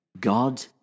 God